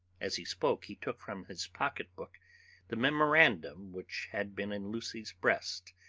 as he spoke he took from his pocket-book the memorandum which had been in lucy's breast,